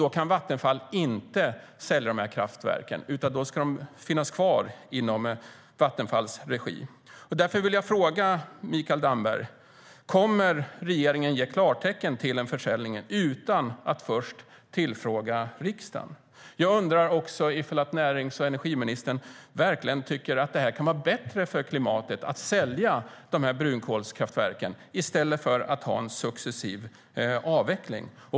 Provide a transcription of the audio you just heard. Då kan Vattenfall inte sälja de här kraftverken, utan då ska de finnas kvar i Vattenfalls regi. Därför vill jag fråga Mikael Damberg: Kommer regeringen att ge klartecken till en försäljning utan att först tillfråga riksdagen? Jag undrar också om närings och energiministern verkligen tycker att det kan vara bättre för klimatet att sälja de här brunkolskraftverken än att ha en successiv avveckling.